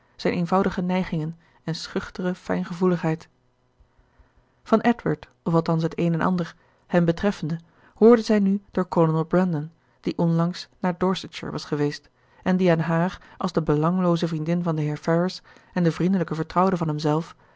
zijn eenvoudige neigingen en schuchtere fijngevoeligheid van edward of althans het een en ander hem betreffende hoorde zij nu door kolonel brandon die onlangs naar dorsetshire was geweest en die aan haar als de belanglooze vriendin van den heer ferrars en de vriendelijke vertrouwde van hemzelf